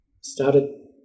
started